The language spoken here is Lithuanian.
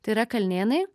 tai yra kalnėnai